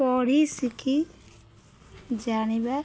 ପଢ଼ି ଶିଖି ଜାଣିବା